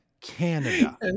Canada